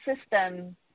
system